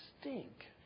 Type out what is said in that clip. stink